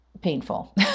painful